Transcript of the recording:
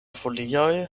folioj